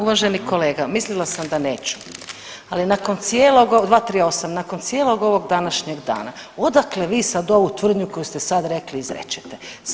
Uvaženi kolega, mislila sam da neću, ali nakon cijelog, 238., nakon cijelog ovog današnjeg dana odakle vi sad ovu tvrdnju koju ste sad rekli izrečete.